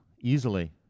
easily